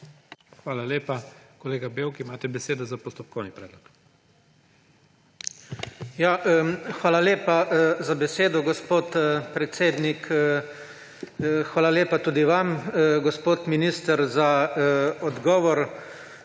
Hvala lepa. Kolega Bevk, imate besedo za postopkovni predlog. **SAMO BEVK (PS SD):** Hvala lepa za besedo, gospod predsednik. Hvala lepa tudi vam, gospod minister, za odgovor.